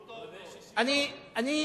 והוא טוב מאוד, אני,